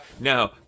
No